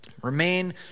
Remain